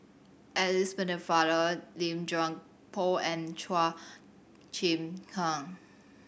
Alice Pennefather Lim Chuan Poh and Chua Chim Kang